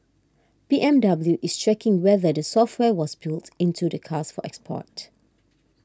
B M W is checking whether the software was built into the cars for export